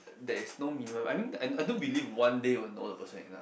there is no minimum I mean I I don't believe one day you will know the person enough